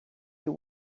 you